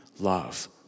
love